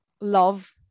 love